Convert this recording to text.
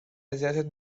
اذیتت